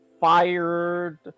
fired